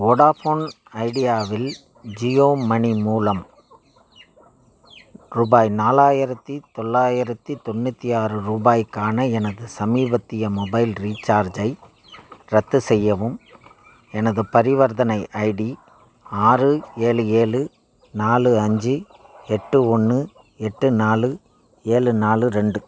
Vodafone ஐடியாவில் ஜியோமணி மூலம் ரூபாய் நாலாயிரத்தி தொள்ளாயிரத்தி தொண்ணூற்றி ஆறு ரூபாய்க்கான எனது சமீபத்திய மொபைல் ரீசார்ஜை ரத்து செய்யவும் எனது பரிவர்த்தனை ஐடி ஆறு ஏழு ஏழு நாலு அஞ்சு எட்டு ஒன்று எட்டு நாலு ஏழு நாலு ரெண்டு